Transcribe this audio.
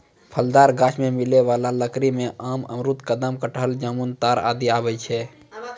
फलदार गाछ सें मिलै वाला लकड़ी में आम, अमरूद, कदम, कटहल, जामुन, ताड़ आदि आवै छै